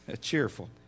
cheerful